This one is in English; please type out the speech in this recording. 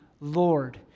Lord